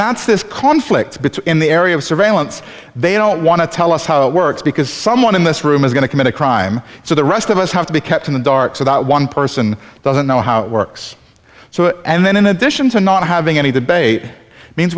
that's this conflict in the area of surveillance they don't want to tell us how it works because someone in this room is going to commit a crime so the rest of us have to be kept in the dark so that one person doesn't know how it works so and then in addition to not having any debate means